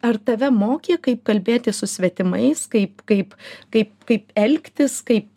ar tave mokė kaip kalbėti su svetimais kaip kaip kaip kaip elgtis kaip